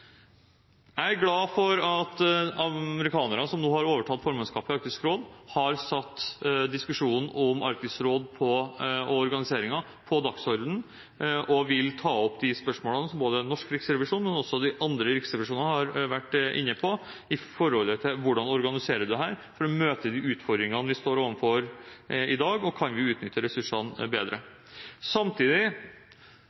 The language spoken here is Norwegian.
Jeg er glad for at amerikanerne, som nå har overtatt formannskapet i Arktisk råd, har satt diskusjonen om Arktisk råd og organiseringen på dagsordenen, og vil ta opp de spørsmålene som både norsk riksrevisjon og også de andre riksrevisjonene har vært inne på, om hvordan man organiserer dette for å møte de utfordringene vi står overfor i dag, og om vi kan utnytte ressursene bedre. Samtidig